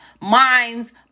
minds